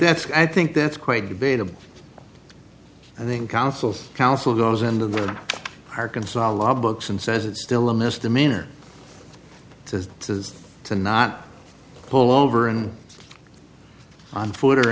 that's i think that's quite debatable and then counsel's counsel goes into the arkansas law books and says it's still a misdemeanor to to to not pull over and on foot or